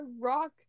rock